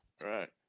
Right